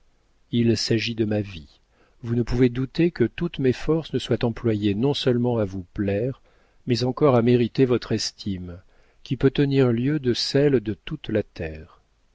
il s'agit de ma vie vous ne pouvez douter que toutes mes forces ne soient employées non seulement à vous plaire mais encore à mériter votre estime qui peut tenir lieu de celle de toute la terre